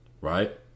Right